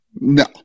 No